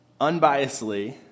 unbiasedly